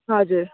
हजुर